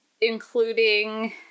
Including